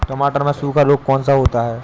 टमाटर में सूखा रोग कौन सा होता है?